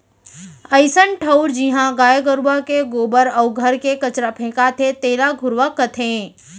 अइसन ठउर जिहॉं गाय गरूवा के गोबर अउ घर के कचरा फेंकाथे तेला घुरूवा कथें